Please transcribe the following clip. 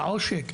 לעושק,